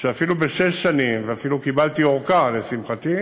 שאפילו בשש שנים, ואפילו קיבלתי ארכה, לשמחתי,